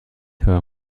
her